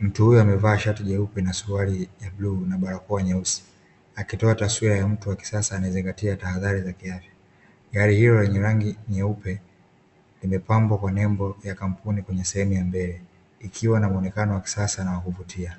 mtu huyu amevaa shati jeupe na suruali ya bluu na barakoa nyeusi akitoa taswira ya mtu wa kisasa anayezingatia tahadhari za kiafya, gari hilo lenye rangi nyeupe limepambwa kwa nembo ya kampuni kwenye sehemu ya mbele ikiwa na muonekano wa kisasa na wa kuvutia.